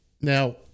now